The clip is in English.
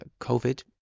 COVID